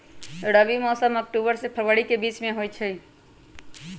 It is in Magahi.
रबी मौसम अक्टूबर से फ़रवरी के बीच में होई छई